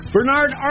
Bernard